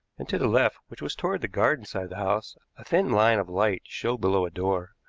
and to the left, which was toward the garden side of the house, a thin line of light showed below a door.